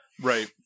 Right